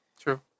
True